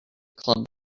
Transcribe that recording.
club